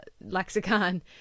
lexicon